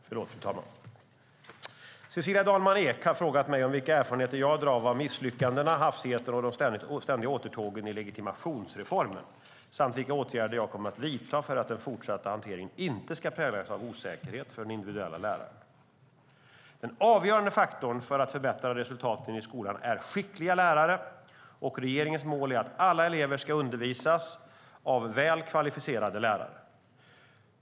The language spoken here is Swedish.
Fru talman! Cecilia Dalman Eek har frågat mig vilka erfarenheter jag drar av misslyckandena, hafsigheten och de ständiga återtågen i legitimationsreformen samt vilka åtgärder jag kommer att vidta för att den fortsatta hanteringen inte ska präglas av osäkerhet för den individuella läraren. Den avgörande faktorn för att förbättra resultaten i skolan är skickliga lärare, och regeringens mål är att alla elever ska undervisas av väl kvalificerade lärare.